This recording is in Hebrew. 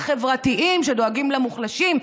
החברתיים שדואגים למוחלשים,